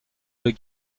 deux